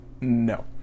No